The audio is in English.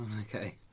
Okay